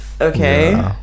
okay